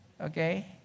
okay